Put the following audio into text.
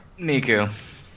Miku